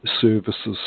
services